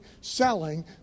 selling